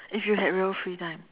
if you had real free time